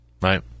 right